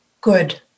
good